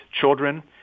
children